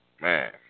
Man